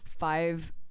Five